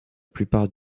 plupart